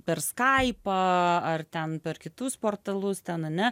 per skaipą ar ten per kitus portalus ten ane